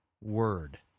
Word